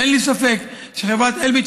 ואין לי ספק שחברת אלביט,